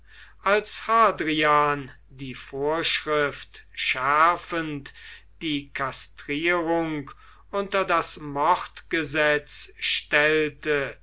als hadrian die vorschrift schärfend die kastrierung unter das mordgesetz stellte